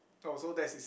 oh so that's his